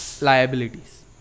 liabilities